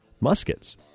Muskets